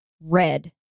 red